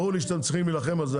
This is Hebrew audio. ברור לי שאתם צריכים להילחם על זה,